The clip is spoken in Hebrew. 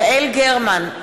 יעל גרמן,